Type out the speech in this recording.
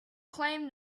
claim